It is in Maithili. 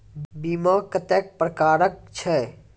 बीमा कत्तेक प्रकारक छै?